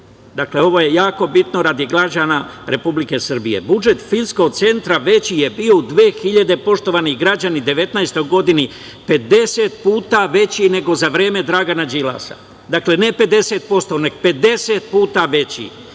Dakle, ovo je jako bitno radi građana Republike Srbije. Budžet Filmskog centra veći je bio u 2019. godini 50 puta veći nego za vreme Dragana Đilasa. Dakle, ne 50%, nego 50 puta veći